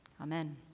Amen